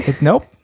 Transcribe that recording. Nope